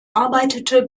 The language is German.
arbeitete